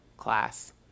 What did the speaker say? class